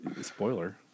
Spoiler